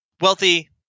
wealthy